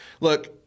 Look